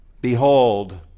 behold